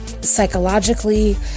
psychologically